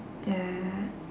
yeah